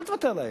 אל תוותר להם,